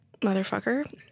motherfucker